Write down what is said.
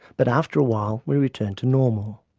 but after a while we return to normal.